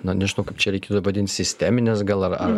na nežinau kaip čia reikėtų vadint sistemines gal ar